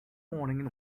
morning